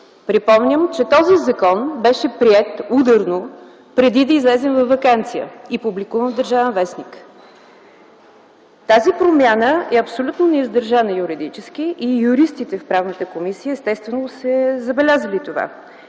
Припомням, че този закон беше приет ударно преди да излезем във ваканция и публикуван в „Държавен вестник”. Тази промяна е абсолютно неиздържана юридически и юристите в Комисията по правни въпроси естествено са забелязали това.